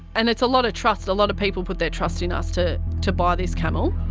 and it's a lot of trust a lot of people put their trust in us to to buy this camel.